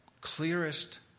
clearest